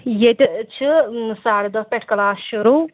ییٚتہِ چھِ ساڑٕ دٔہ پٮ۪ٹھ کٕلاس شروٗع